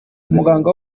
umuganga